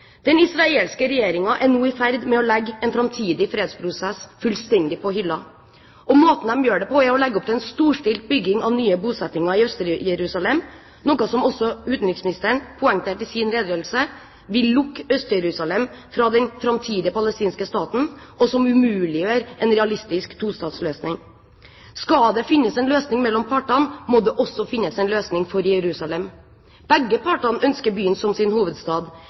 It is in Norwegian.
Den israelske regjeringen er nå i ferd med å legge en framtidig fredsprosess fullstendig på hylla. Og måten de gjør det på, er å legge opp til en storstilt bygging av nye bosettinger i Øst-Jerusalem, noe som – som også utenriksministeren poengterte i sin redegjørelse – vil lukke Øst-Jerusalem ute fra den framtidige palestinske staten, og som umuliggjør en realistisk tostatsløsning. Skal det finnes en løsning mellom partene, må det også finnes en løsning for Jerusalem. Begge partene ønsker byen som sin hovedstad,